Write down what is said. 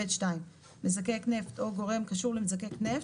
ב'2 "..מזקק נפט או גורם קשור למזקק נפט,